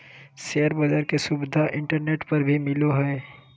share बाज़ार के सुविधा इंटरनेट पर भी मिलय हइ